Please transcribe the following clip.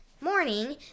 morning